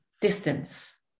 distance